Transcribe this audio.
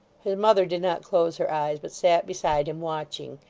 his mother did not close her eyes, but sat beside him, watching.